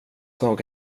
dag